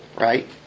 right